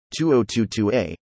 2022a